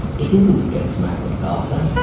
it isn't against magna carta,